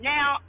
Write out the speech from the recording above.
Now